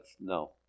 No